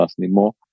anymore